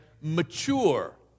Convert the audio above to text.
mature